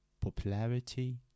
popularity